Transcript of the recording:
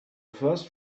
first